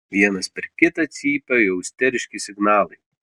vienas per kitą cypia jau isteriški signalai